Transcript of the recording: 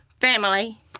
family